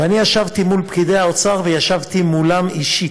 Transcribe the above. ואני ישבתי מול פקידי האוצר, וישבתי מולם אישית,